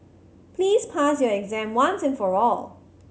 please pass your exam once and for all